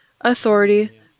authority